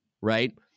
right